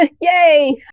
Yay